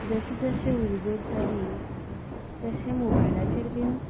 जशे जशे उलगत जाली तशें मोबायलाचेर बीन